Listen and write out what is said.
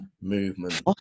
movement